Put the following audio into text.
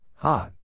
Hot